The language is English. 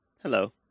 Hello